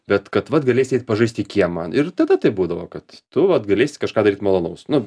bet kad vat galėsi eit pažaist į kiemą ir tada taip būdavo kad tu vat galėsi kažką daryt malonaus nu